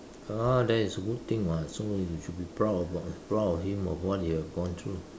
ah that is good thing [what] so you should be proud about proud of him of what he had gone through